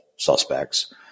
Suspects